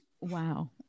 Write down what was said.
Wow